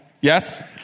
Yes